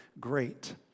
great